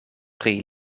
pri